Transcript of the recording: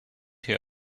here